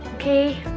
okay,